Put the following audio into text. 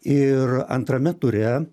ir antrame ture